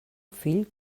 fill